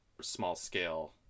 small-scale